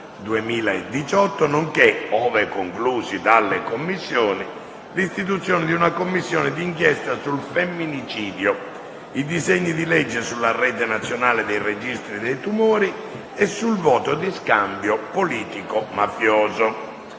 2018 nonché, ove conclusi dalle Commissioni, l'istituzione di una Commissione di inchiesta sul femminicidio, i disegni di legge sulla rete nazionale dei registri dei tumori e sul voto di scambio politico-mafioso.